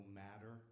matter